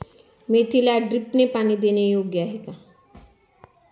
मेथीला ड्रिपने पाणी देणे योग्य आहे का?